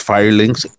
Firelinks